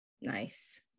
nice